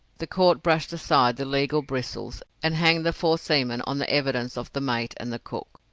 the court brushed aside the legal bristles, and hanged the four seamen on the evidence of the mate and the cook.